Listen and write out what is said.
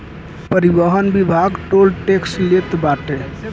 परिवहन विभाग toll tax लेत बाटे